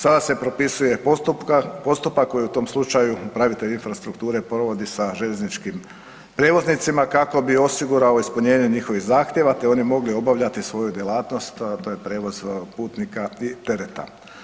Sada se propisuje postupak koji u tom slučaju upravitelj infrastrukture provodi sa željezničkim prijevoznicima kako bi osigurao ispunjenje njihovih zahtjeva te oni mogli obavljati svoju djelatnost, a to je prijevoz putnika i tereta.